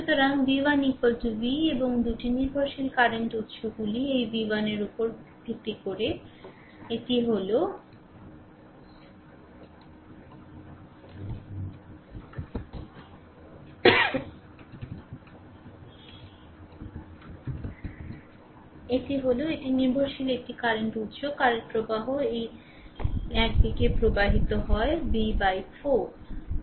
সুতরাং V 1 V এবং 2 টি নির্ভরশীল কারেন্ট উৎস গুলি এই V 1 এর উপর ভিত্তি করে এটি হল এটি নির্ভরশীল একটি কারেন্ট উৎস কারেন্ট প্রবাহ এই দিকটি প্রবাহিত হয় V 4